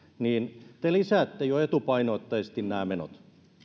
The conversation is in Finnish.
niin te lisäätte jo etupainotteisesti nämä menot